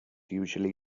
usually